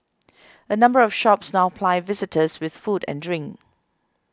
a number of shops now ply visitors with food and drink